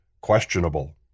questionable